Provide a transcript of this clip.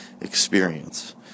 Experience